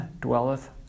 dwelleth